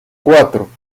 cuatro